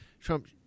Trump